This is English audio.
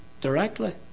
directly